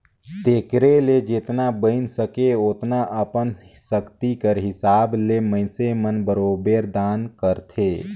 तेकरे ले जेतना बइन सके ओतना अपन सक्ति कर हिसाब ले मइनसे मन बरोबेर दान करथे